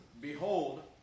Behold